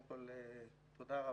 קודם כל, תודה רבה.